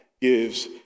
gives